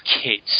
kids